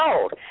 old